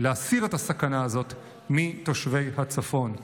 להסיר את הסכנה הזאת מתושבי הצפון.